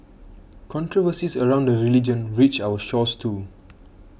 controversies around the religion reached our shores too